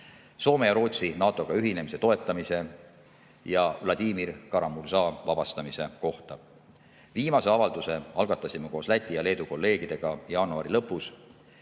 Soome ja Rootsi NATO‑ga ühinemise toetamise ja Vladimir Kara-Murza vabastamise kohta. Viimase avalduse algatasime koos Läti ja Leedu kolleegiga jaanuari lõpus,